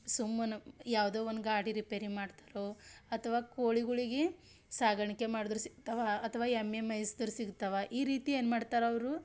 ಸುಮ್ಮನೆ ಯಾವುದೊ ಒಂದು ಗಾಡಿ ರಿಪೇರಿ ಮಾಡ್ತಾರೋ ಅಥವಾ ಕೋಳಿಗುಳಿಗೆ ಸಾಕಾಣಿಕೆ ಮಾಡ್ದ್ರೆ ಸಿಕ್ತವೆ ಅಥವಾ ಎಮ್ಮೆ ಮೇಯಿಸ್ದ್ರೆ ಸಿಗ್ತವೆ ಈ ರೀತಿ ಏನು ಮಾಡ್ತಾರೆ ಅವರು